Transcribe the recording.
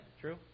True